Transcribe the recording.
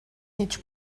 هیچ